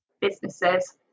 businesses